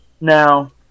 Now